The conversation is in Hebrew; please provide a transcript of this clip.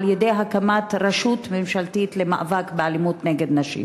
על-ידי הקמת רשות ממשלתית למאבק באלימות נגד נשים.